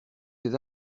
ses